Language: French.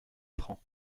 francs